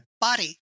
body